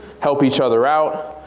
help each other out,